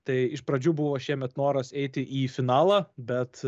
tai iš pradžių buvo šiemet noras eiti į finalą bet